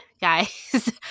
guys